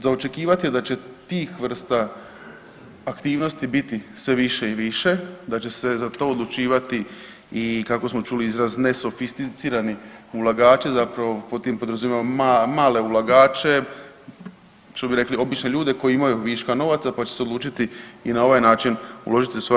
Za očekivati je da će tih vrsta aktivnosti biti sve više i više, da će se za to odlučivati i kako smo čuli izraz nesofisticirani ulagači zapravo pod tim podrazumijevamo male ulagače što bi rekli obične ljude koji imaju viška novaca pa će se odlučiti i na ovaj način uložiti svoja